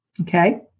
okay